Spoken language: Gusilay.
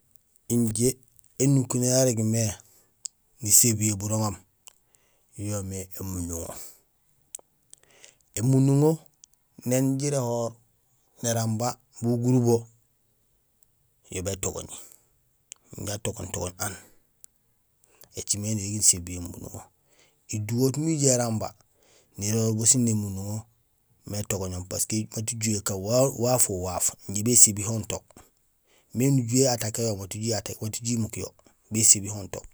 Injé énukuréén yaan irégmé nisébiyé buroŋoom yo yoomé émunduŋo. Émunduŋo néni jiréhoor néramba bugul gurubo, yo bétogoñi, inja atogooñ togooñ aan écimé nirég nisébi émunduŋo. Iduwehut imbi ijoow néramba niréhoor bo sén émunduŋo imbi étogoñoom parce que mat ijuyo ékaan waaf oh waaf injé bésébi onto meme nijuhé i attaqué yo mat uju imuk yo bésébi honto.